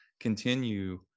continue